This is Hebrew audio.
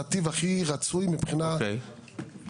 לנתיב הכי רצוי מהבחינה הזו.